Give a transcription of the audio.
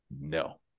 no